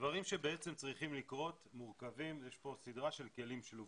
הדברים שצריכים לקרות מורכבים ויש פה סדרה של כלים שלובים.